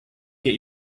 get